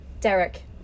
Derek